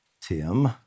Tim